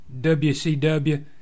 WCW